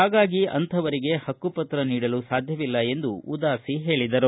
ಹಾಗಾಗಿ ಅಂಥವರಿಗೆ ಪಕ್ಕುಪತ್ರ ನೀಡಲು ಸಾಧ್ಯವಿಲ್ಲ ಎಂದು ಉದಾಸಿ ಹೇಳಿದರು